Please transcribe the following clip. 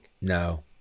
no